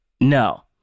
no